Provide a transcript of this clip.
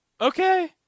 okay